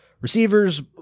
receivers